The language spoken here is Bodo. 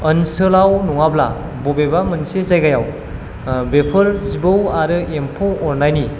ओनसोलाव नङाब्ला बबेबा मोनसे जायगायाव बेफोर जिबौ आरो एम्फौ अरनायनि